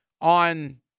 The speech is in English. on